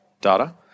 data